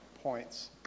points